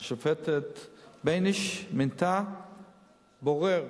השופטת בייניש מינתה בורר.